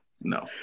no